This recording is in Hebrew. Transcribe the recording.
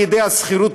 על ידי השכירות,